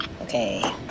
Okay